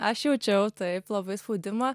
aš jaučiau taip labai spaudimą